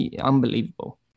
Unbelievable